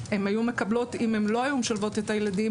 שהן היו מקבלות אם הן לא היו משלבות את הילדים